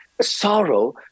sorrow